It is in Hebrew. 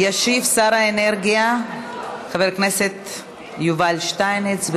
ישיב שר האנרגיה חבר כנסת יובל שטייניץ.